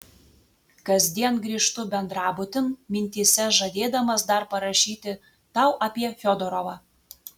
kasdien grįžtu bendrabutin mintyse žadėdamas dar parašyti tau apie fiodorovą